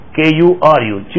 K-U-R-U